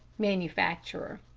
manufacturer